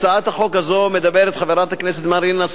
ידעתי שאין סיכוי שהצעת החוק הזו תעבור כאן במליאה,